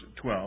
12